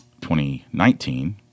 2019